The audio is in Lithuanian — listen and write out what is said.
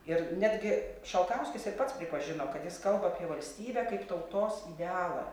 ir netgi šalkauskis ir pats pripažino kad jis kalba apie valstybę kaip tautos idealą